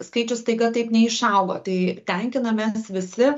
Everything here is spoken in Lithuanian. skaičius staiga taip neišauga tai tenkinamės visi